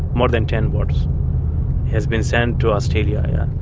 more than ten boats have been sent to australia.